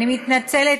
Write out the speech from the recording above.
אתה מוותר?